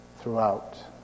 throughout